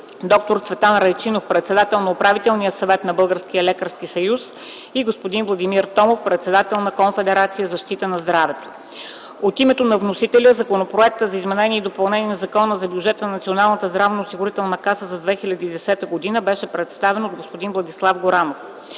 д-р Цветан Райчинов – председател на Управителния съвет на Българския лекарски съюз, и господин Владимир Томов – председател на Конфедерация „Защита на здравето”. От името на вносителя Законопроектът за изменение и допълнение на Закона за бюджета на Националната здравноосигурителна каса за 2010 г. беше представен от господин Владислав Горанов.